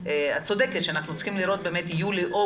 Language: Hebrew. את צודקת שאנחנו צריכים לראות את יולי-אוגוסט.